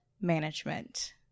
management